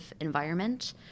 environment